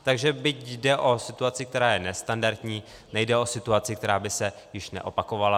Takže byť jde o situaci, která je nestandardní, nejde o situaci, která by se již neopakovala.